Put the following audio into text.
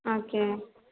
okay